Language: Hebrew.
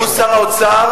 הוא שר האוצר.